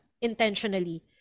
intentionally